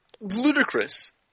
ludicrous